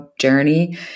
journey